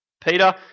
Peter